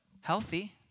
healthy